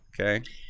Okay